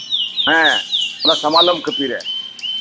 ᱦᱮᱸ ᱚᱱᱟ ᱥᱟᱢᱟᱱᱚᱢ ᱠᱟᱹᱯᱤ ᱨᱮ